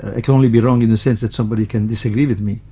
it can only be wrong in the sense that somebody can disagree with me.